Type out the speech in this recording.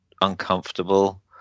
uncomfortable